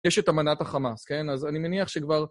יש את אמנת החמאס, כן? אז אני מניח שכבר...